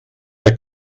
der